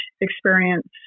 experience